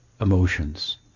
emotions